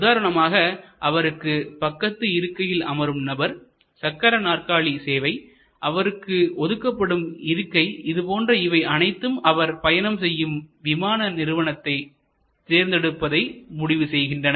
உதாரணமாக அவருக்கு பக்கத்து இருக்கையில் அமரும் நபர் சக்கர நாற்காலி சேவைஅவருக்கு ஒதுக்கப்படும் இருக்கை இதுபோன்ற இவை அனைத்தும் அவர் பயணம் செய்யும் விமான நிறுவனத்தை தேர்ந்தெடுப்பதை முடிவு செய்கின்றன